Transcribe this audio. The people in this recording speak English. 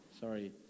Sorry